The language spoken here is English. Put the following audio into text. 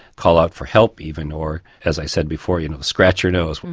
call out for help even, or as i said before, you know scratch your nose,